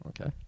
okay